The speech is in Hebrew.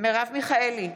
מרב מיכאלי,